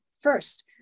first